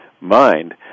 mind